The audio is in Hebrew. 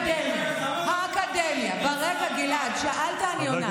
האקדמיה, האקדמיה, ברגע, גלעד, שאלת, אני עונה.